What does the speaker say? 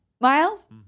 Miles